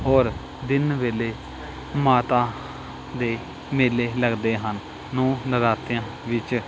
ਔਰ ਦਿਨ ਵੇਲੇ ਮਾਤਾ ਦੇ ਮੇਲੇ ਲੱਗਦੇ ਹਨ ਨੌ ਨਰਾਤਿਆਂ ਵਿੱਚ